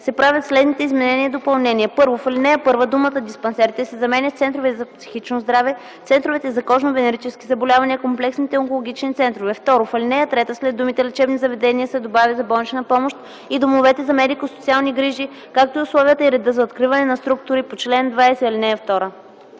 се правят следните изменения и допълнения: 1. В ал. 1 думата „диспансерите” се заменя с „центровете за психично здраве, центровете за кожно-венерически заболявания, комплексните онкологични центрове”. 2. В ал. 3 след думите „лечебните заведения” се добавя „за болнична помощ и домовете за медико-социални грижи, както и условията и реда за откриване на структури по чл. 20, ал.